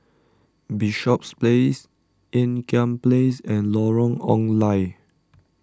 Bishops Place Ean Kiam Place and Lorong Ong Lye